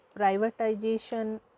privatization